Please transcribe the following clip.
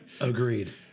Agreed